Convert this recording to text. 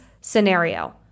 scenario